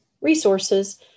resources